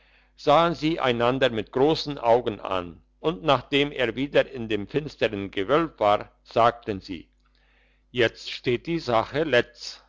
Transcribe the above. sahen sie einander mit grossen augen an und nachdem er wieder in dem finstern gewölb war sagten sie jetzt steht die sache letz